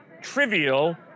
trivial